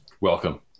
Welcome